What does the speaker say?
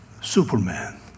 Superman